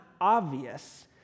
obvious